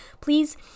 please